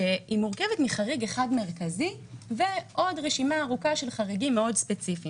שמורכבת מחריג אחד מרכזי ועוד רשימה ארוכה של חריגים ספציפיים מאוד.